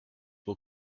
will